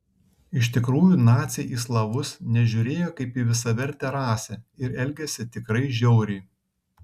iš tikrųjų naciai į slavus nežiūrėjo kaip į visavertę rasę ir elgėsi tikrai žiauriai